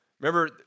remember